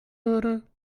würde